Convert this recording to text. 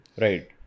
Right